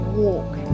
walk